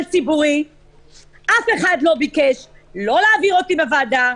ציבורי אף אחד לא ביקש לא להעביר אותי בוועדה,